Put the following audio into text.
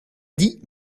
dit